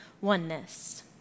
oneness